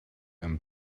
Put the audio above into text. and